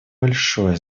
большое